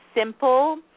simple